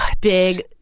big